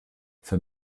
für